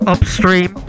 Upstream